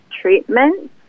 treatment